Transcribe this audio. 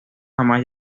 jamás